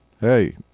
hey